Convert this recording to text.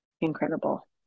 incredible